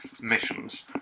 missions